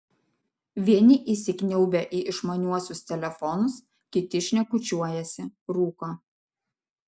vieni įsikniaubę į išmaniuosius telefonus kiti šnekučiuojasi rūko